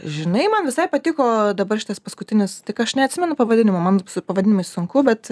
žinai man visai patiko dabar šitas paskutinis tik aš neatsimenu pavadinimo man su pavadinimais sunku bet